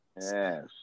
Yes